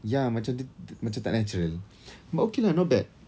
ya macam dia macam tak natural but okay lah not bad